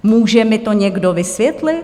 Může mi to někdo vysvětlit?